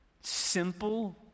simple